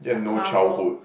sub marvel